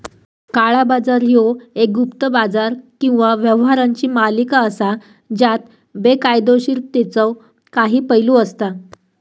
काळा बाजार ह्यो एक गुप्त बाजार किंवा व्यवहारांची मालिका असा ज्यात बेकायदोशीरतेचो काही पैलू असता